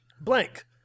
blank